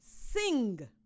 Sing